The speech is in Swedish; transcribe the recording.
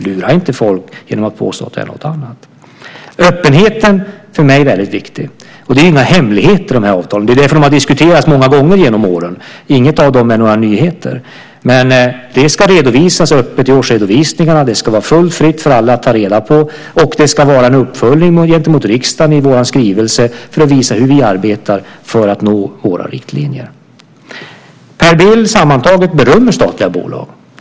Lura inte folk genom att påstå att det är något annat! Öppenheten är för mig viktig. Det finns inga hemligheter i de här avtalen. Det är därför de har diskuterats många gånger genom åren. Inget av dem är någon nyhet. Men det ska redovisas öppet i årsredovisningarna, det ska vara fritt fram för alla att ta reda på och det ska göras en uppföljning gentemot riksdagen i vår skrivelse för att visa hur vi arbetar för att nå våra riktlinjer. Per Bill berömmer sammantaget statliga bolag.